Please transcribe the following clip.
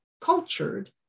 cultured